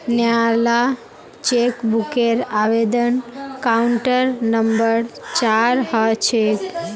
नयाला चेकबूकेर आवेदन counter number चार ह छेक